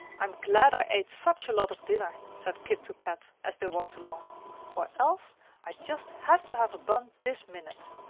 i'm glad i ate such a lot of dinner, said kit to kat, as they walked along or else i'd just have to have a bun this minute!